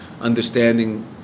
understanding